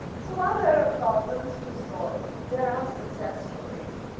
so while there are problems to solve, there are success storis.